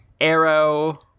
arrow